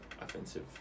Offensive